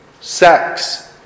sex